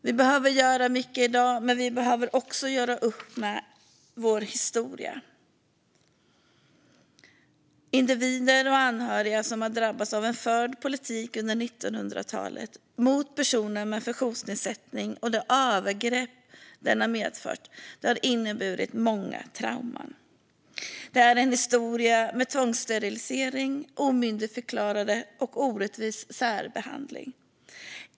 Vi behöver göra mycket i dag, men vi behöver också göra upp med vår historia. Individer och anhöriga har drabbats av den förda politiken under 1900-talet mot personer med funktionsnedsättning, och de övergrepp som den har medfört har inneburit många trauman. Det är en historia med tvångssterilisering, omyndigförklarande och orättvis särbehandling.